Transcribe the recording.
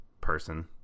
person